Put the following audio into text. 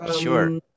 Sure